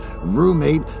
roommate